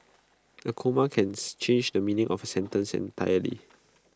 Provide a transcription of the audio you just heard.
A comma can change the meaning of A sentence entirely